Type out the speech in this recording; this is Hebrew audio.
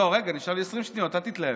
לא, נשארו לי 20 שניות, אל תתלהב.